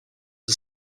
are